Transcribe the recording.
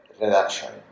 reduction